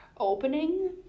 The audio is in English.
Opening